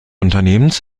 unternehmens